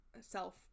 self